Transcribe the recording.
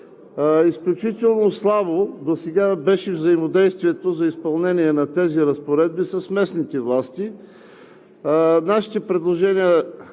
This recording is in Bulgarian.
Изключително слабо досега беше взаимодействието за изпълнение на тези разпоредби с местните власти. Нашите предложения,